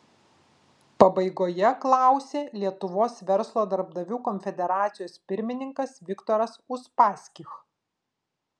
pabaigoje klausė lietuvos verslo darbdavių konfederacijos pirmininkas viktoras uspaskich